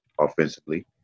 offensively